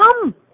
Come